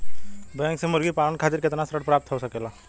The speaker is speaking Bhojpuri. बैंक से मुर्गी पालन खातिर कितना तक ऋण प्राप्त हो सकेला?